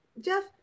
Jeff